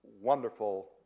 wonderful